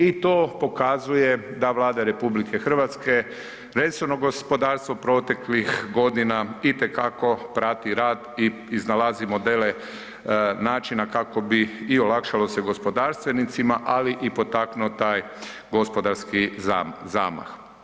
I to pokazuje da Vlada RH, resorno gospodarstvo, proteklih godina itekako prati radi i iznalazi modele načina kako bi i olakšalo se gospodarstvenicima, ali i potaknu taj gospodarski zamah.